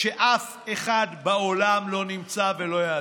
כשאף אחד בעולם לא נמצא ולא יעזור.